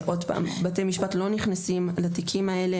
בתי משפט לא נכנסים לתיקים האלה.